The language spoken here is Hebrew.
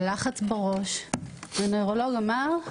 על לחץ בראש, והנוירולוג אמר: